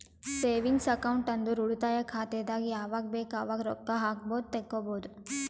savings account ಅಂದುರ್ ಉಳಿತಾಯ ಖಾತೆದಾಗ್ ಯಾವಗ್ ಬೇಕ್ ಅವಾಗ್ ರೊಕ್ಕಾ ಹಾಕ್ಬೋದು ತೆಕ್ಕೊಬೋದು